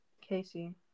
Casey